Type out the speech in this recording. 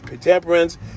temperance